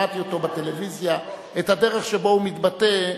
כששמעתי בטלוויזיה את הדרך שבה הוא מתבטא,